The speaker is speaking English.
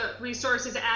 resources